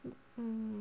mm